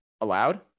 allowed